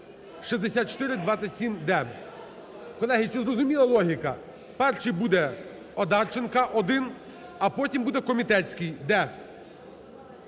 6427-д. Колеги, чи зрозуміла логіка? Перший буде Одарченка – 1, а потім буде комітетський –